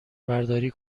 برداری